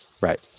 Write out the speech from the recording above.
Right